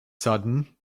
sudden